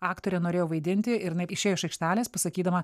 aktorė norėjo vaidinti ir jinai išėjo iš aikštelės pasakydama